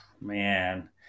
man